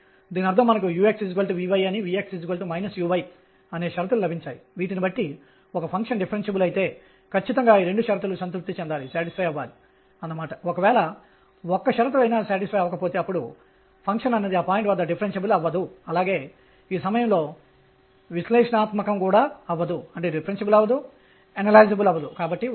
n 2 కి సమానం అని అనుకుందాం nr 0 n ϕ 2 లేదా nr 1 మరియు n 1 కలిగి ఉండవచ్చు అవి రెండూ ఒకే ఎనర్జీ ని ఇస్తాయి